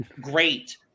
Great